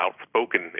outspoken